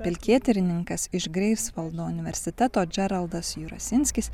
pelkėterininkas iš greifsvaldo universiteto džeraldas jurasinskis